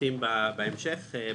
שמפורטים בהמשך בתוספת.